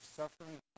suffering